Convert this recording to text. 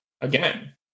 again